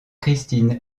christine